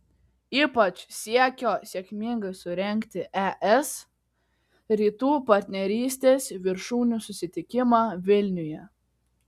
ypač siekio sėkmingai surengti es rytų partnerystės viršūnių susitikimą vilniuje